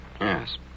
Yes